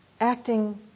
acting